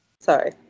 Sorry